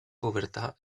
povertà